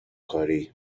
کاری